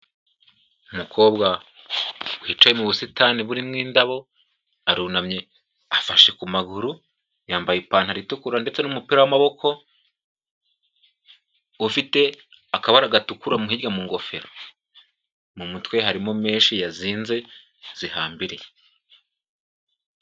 Umukobwa wicaye mu busitani burimo indabo, arunamye afashe ku maguru, yambaye ipantaro itukura ndetse n'umupira w'amaboko, ufite akabara gatukura hirya mu ngofero, mu mutwe harimo menshi yazinze zihambiriye.